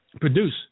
produce